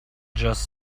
just